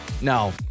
No